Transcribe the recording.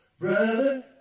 Brother